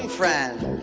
friend